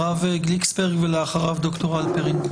הרב גליקסברג, ואחריו ד"ר הלפרין.